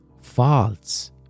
false